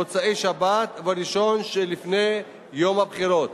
מוצאי-שבת וראשון שלפני יום הבחירות.